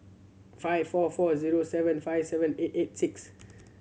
five four four zero seven five seven eight eight six